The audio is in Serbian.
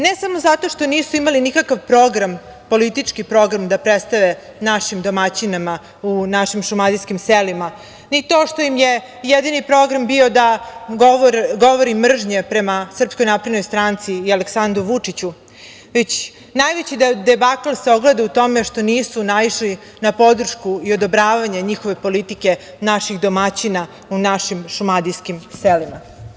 Ne samo što nisu imali nikakav program, politički program, da predstave našim domaćinim u našim šumadijskim selima, ni to što im je jedini program bio da govori mržnje prema SNS i Aleksandru Vučiću, već najveći debakl se ogleda u tome što nisu naišli na podršku i odobravanje njihove politike naših domaćina u našim šumadijskim selima.